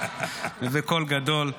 -- ובקול גדול.